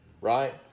Right